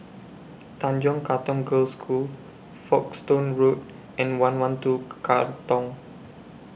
Tanjong Katong Girls' School Folkestone Road and one one two Katong